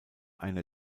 einer